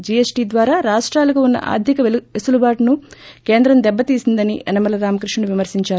GST ద్వారా రాష్టాలకు ఉన్న ఆర్థిక వెసులుబాటును కేంద్రం దెబ్బతీసిందని యనమల రామకృష్ణుడు విమర్శించారు